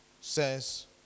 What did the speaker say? says